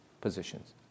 positions